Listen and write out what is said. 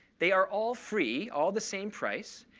they are all free, all the same price,